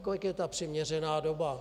Kolik je ta přiměřená doba?